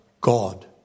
God